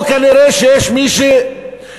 או כנראה שיש מי שאינו